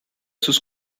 sus